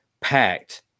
packed